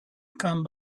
come